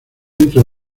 entre